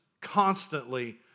constantly